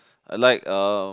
I like um